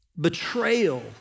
betrayal